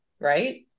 right